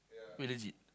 wait legit